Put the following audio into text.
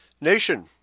nation